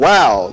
Wow